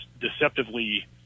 deceptively